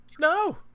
No